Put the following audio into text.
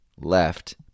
left